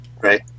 Right